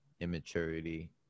immaturity